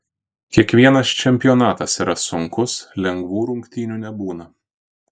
kiekvienas čempionatas yra sunkus lengvų rungtynių nebūna